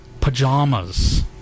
Pajamas